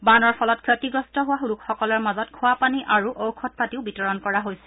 বানৰ ফলত ক্ষতিগ্ৰস্ত হোৱা লোকসকলৰ মাজত খোৱাপানী আৰু ঔষধপাতিও বিতৰণ কৰা হৈছে